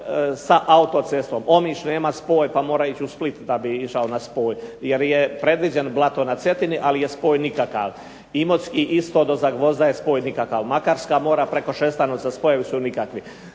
sa autocestom. Omiš nema spoj pa mora ići u Split da bi išao na spoj jer je predviđen Blato na Cetini, ali je spoj nikakav. Imotski isto do Zagvozda je spoj nikakav, Makarska mora preko Šestanovca, spojevi su nikakvi.